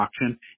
Auction